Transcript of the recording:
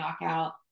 knockout